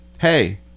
Hey